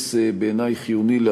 בסיס חיוני,